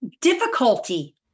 difficulty